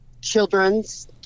children's